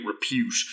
repute